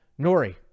Nori